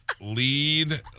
Lead